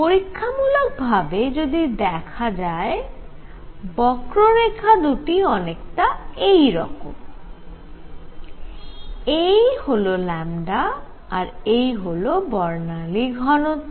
পরীক্ষামূলক ভাবে যদি দেখা হয় বক্ররেখা দুটি অনেকটা এই রকম এই হল আর এই হল বর্ণালী ঘনত্ব